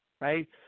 right